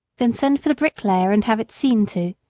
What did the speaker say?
then send for the bricklayer and have it seen to,